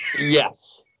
yes